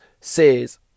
says